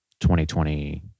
2020